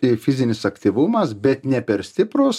ir fizinis aktyvumas bet ne per stiprus